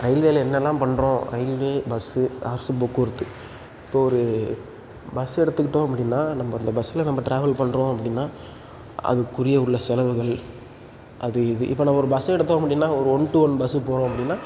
ரயில்வேயில் என்னலாம் பண்ணுறோம் ரயில்வே பஸ்ஸு அரசு போக்குவரத்து இப்போது ஒரு பஸ் எடுத்துக்கிட்டோம் அப்படின்னா நம்ம அந்த பஸ்ஸில் நம்ம ட்ராவல் பண்ணுறோம் அப்படின்னா அதுக்குரிய உள்ள செலவுகள் அது இது இப்போ நம்ம ஒரு பஸ் எடுத்தோம் அப்படின்னா ஒரு ஒன் டு ஒன் பஸ்ஸில் போகிறோம் அப்படின்னா